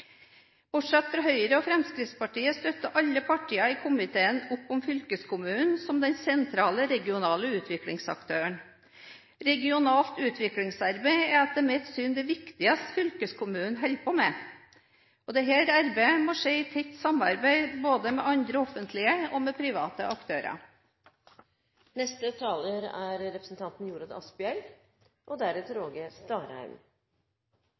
Høyre og Fremskrittspartiet støtter alle partier i komiteen opp om fylkeskommunen som den sentrale regionale utviklingsaktøren. Regionalt utviklingsarbeid er etter mitt syn det viktigste fylkeskommunen holder på med. Dette arbeidet må skje i tett samarbeid med både andre offentlige og med private aktører. I løpet av snart åtte år her på Stortinget, og